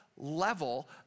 level